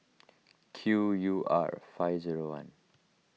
Q U R five zero one